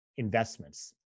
Investments